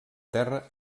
terra